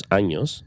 años